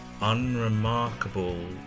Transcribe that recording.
unremarkable